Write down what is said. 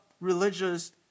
religious